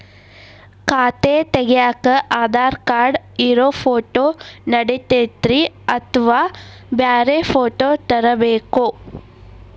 ಖಾತೆ ತಗ್ಯಾಕ್ ಆಧಾರ್ ಕಾರ್ಡ್ ಇರೋ ಫೋಟೋ ನಡಿತೈತ್ರಿ ಅಥವಾ ಬ್ಯಾರೆ ಫೋಟೋ ತರಬೇಕೋ?